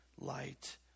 light